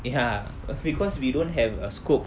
ya because we don't have a scope